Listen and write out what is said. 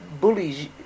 bullies